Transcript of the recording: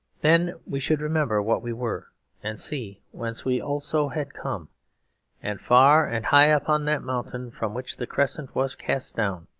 then we should remember what we were and see whence we also had come and far and high upon that mountain from which the crescent was cast down,